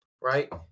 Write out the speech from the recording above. right